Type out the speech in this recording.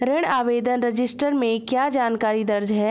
ऋण आवेदन रजिस्टर में क्या जानकारी दर्ज है?